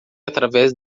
através